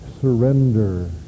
surrender